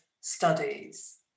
studies